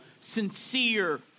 sincere